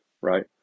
right